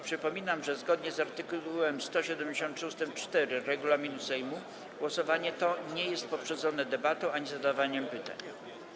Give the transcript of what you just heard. Przypominam, że zgodnie z art. 173 ust. 4 regulaminu Sejmu głosowanie to nie jest poprzedzone debatą ani zadawaniem pytań.